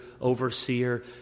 overseer